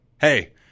hey